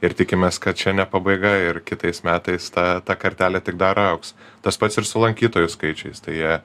ir tikimės kad čia ne pabaiga ir kitais metais ta ta kartelė tik dar augs tas pats ir su lankytojų skaičiais tai jie